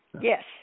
Yes